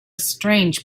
strange